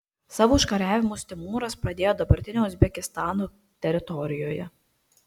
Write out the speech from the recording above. savo užkariavimus timūras pradėjo dabartinio uzbekistano teritorijoje